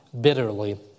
bitterly